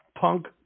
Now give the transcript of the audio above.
Punk